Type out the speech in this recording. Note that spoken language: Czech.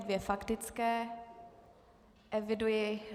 Dvě faktické eviduji.